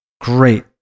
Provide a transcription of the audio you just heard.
Great